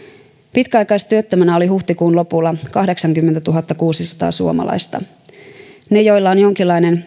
pitkäaikaistyöttömänä oli huhtikuun lopulla kahdeksankymmentätuhattakuusisataa suomalaista ne joilla on jonkinlainen